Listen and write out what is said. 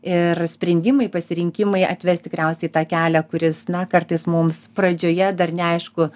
ir sprendimai pasirinkimai atves tikriausiai į tą kelią kuris na kartais mums pradžioje dar neaišku